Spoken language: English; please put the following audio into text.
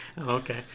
Okay